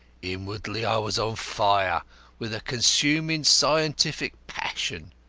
inwardly i was on fire with a consuming scientific passion.